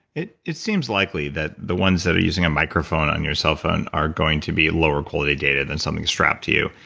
it it seems likely that the ones that are using a microphone on your cellphone are going to be lower quality data than something that's strapped to you.